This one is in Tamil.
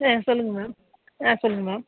ஆ சொல்லுங்கள் மேம் ஆ சொல்லுங்கள் மேம்